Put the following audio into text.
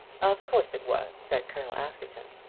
of course it was, said colonel askerton.